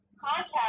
contact